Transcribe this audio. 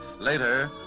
Later